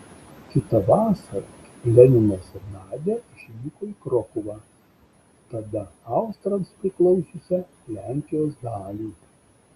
kitą vasarą leninas ir nadia išvyko į krokuvą tada austrams priklausiusią lenkijos dalį